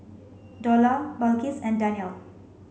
Dollah Balqis and Danial